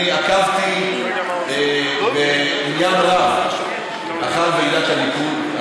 אני עקבתי בעניין רב אחר ועידת הליכוד.